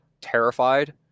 terrified